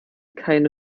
keine